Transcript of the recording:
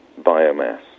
biomass